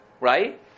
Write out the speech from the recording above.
right